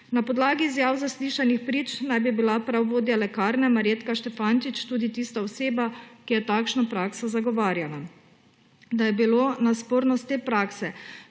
Na podlagi izjav zaslišanih prič naj bi bila prav vodja lekarne Marjetka Štefančič tudi tista oseba, ki je takšno prakso zagovarjala. Da je bilo na spornost te prakse